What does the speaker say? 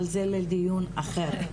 אבל זה לדיון אחר,